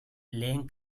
lehen